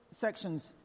sections